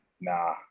Nah